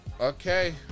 Okay